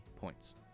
points